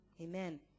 Amen